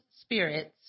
spirits